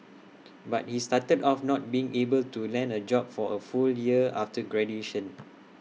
but he started off not being able to land A job for A full year after graduation